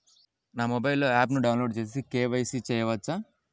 నా మొబైల్లో ఆప్ను డౌన్లోడ్ చేసి కే.వై.సి చేయచ్చా?